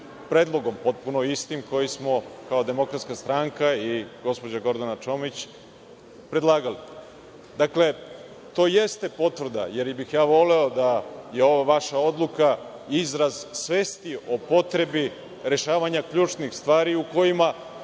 predlogom, potpuno istim koji smo kao DS i gospođa Gordana Čomić predlagali. Dakle, to jeste potvrda, jer bih ja voleo da je ova vaša odluka izraz svesti o potrebi rešavanja ključnih stvari u kojima